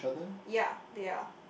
ya they are